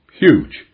huge